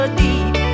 deep